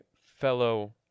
fellow